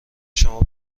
شما